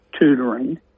tutoring